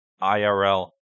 IRL